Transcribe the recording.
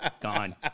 Gone